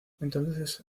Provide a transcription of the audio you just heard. entonces